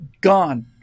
gone